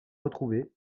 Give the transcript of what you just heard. retrouvé